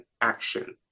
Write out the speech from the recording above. action